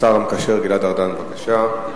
השר המקשר גלעד ארדן, בבקשה.